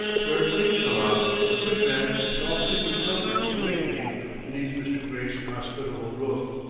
where, inshallah, a good bed and all kindred comforts await me beneath mr. gray's hospitable roof.